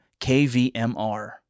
KVMR